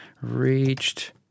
reached